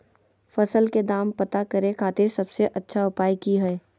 फसल के दाम पता करे खातिर सबसे अच्छा उपाय की हय?